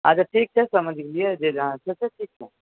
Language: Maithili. अच्छा ठीक छै समझि गेलियै जे जहाँ छै से ठीक छै